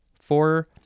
four